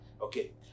Okay